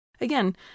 Again